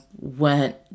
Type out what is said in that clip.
went